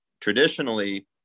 Traditionally